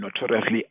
notoriously